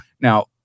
Now